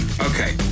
Okay